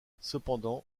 cependant